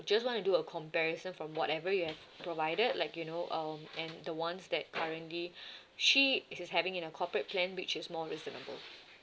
just want to do a comparison from whatever you have provided like you know um and the ones that currently she she's having in a corporate plan which is more reasonable